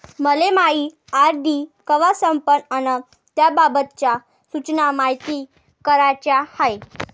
मले मायी आर.डी कवा संपन अन त्याबाबतच्या सूचना मायती कराच्या हाय